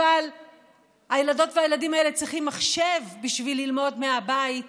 אבל הילדות והילדים האלה צריכים מחשב בשביל ללמוד מהבית